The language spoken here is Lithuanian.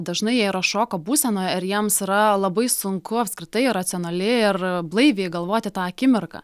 dažnai jie yra šoko būsenoje ir jiems yra labai sunku apskritai racionaliai ir blaiviai galvoti tą akimirką